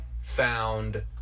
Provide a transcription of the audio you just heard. found